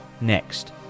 next